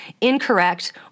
incorrect